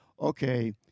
okay